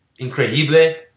increíble